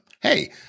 Hey